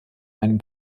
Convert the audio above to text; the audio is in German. einem